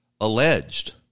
alleged